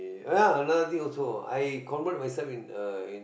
ya another thing also I convert myself in uh in